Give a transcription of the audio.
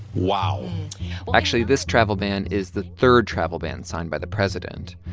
wow actually, this travel ban is the third travel ban signed by the president.